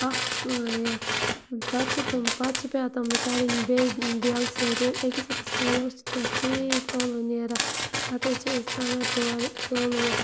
اکھ یہِ پَتہٕ چھِ تِم پَتہٕ چھِ پٮ۪وان تِم کَڑٕنۍ بیٚیہِ بیلہٕ سۭتۍ ییٚلہِ أکِس أکِس ٲلوَس چھِ تتھ تیٖتۍ ٲلوٕ نیران پَتہٕ حظ چھِ أسۍ اَنان تورٕ ٲلوٕ